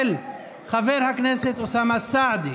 של חבר הכנסת אוסאמה סעדי.